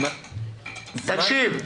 תקשיב,